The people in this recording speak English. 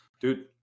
Dude